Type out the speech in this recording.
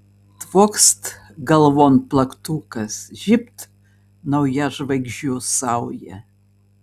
tvokst galvon plaktukas žybt nauja žvaigždžių sauja